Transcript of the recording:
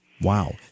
Wow